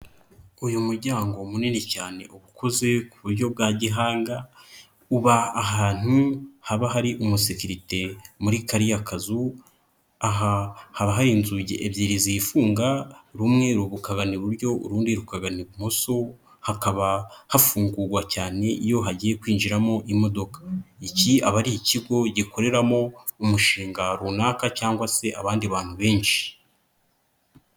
Uyu muryango munini cyane uba ukoze ku buryo bwa gihanga. Uba ahantu haba hari umusekirite muri kariya kazu. Aha haba hari inzugi ebyiri zifunga rumwe rukagana iburyo urundi rukagana ibumoso. Hakaba hafungurwa cyane iyo hagiye kwinjiramo imodoka. Iki aba ari ikigo gikoreramo umushinga runaka cyangwa se abandi bantu benshi.